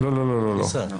לא, לכניסה.